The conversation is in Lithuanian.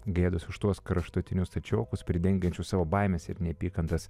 gėdos už tuos kraštutinius stačiokus pridengiančius savo baimes ir neapykantas